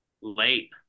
Late